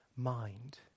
mind